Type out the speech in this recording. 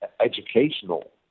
educational